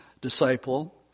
disciple